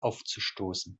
aufzustoßen